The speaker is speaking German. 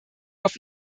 auf